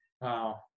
Wow